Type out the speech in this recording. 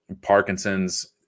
Parkinson's